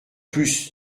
plus